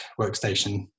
workstation